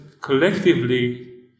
collectively